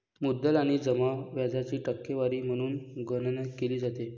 मुद्दल आणि जमा व्याजाची टक्केवारी म्हणून गणना केली जाते